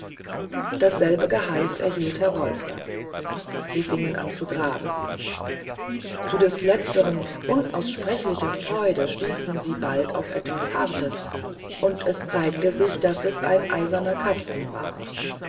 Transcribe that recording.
dasselbe geheiß erhielt herr wolfgang sie fingen an zu graben zu des letztern unaussprechlicher freude stießen sie bald auf etwas hartes und es zeigte sich daß es ein eiserner kasten war